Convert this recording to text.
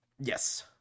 Yes